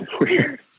weird